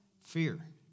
fear